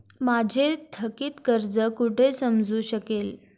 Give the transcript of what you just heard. माझे थकीत कर्ज कुठे समजू शकेल?